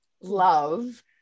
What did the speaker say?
love